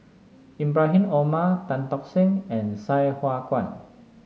Ibrahim Omar Tan Tock Seng and Sai Hua Kuan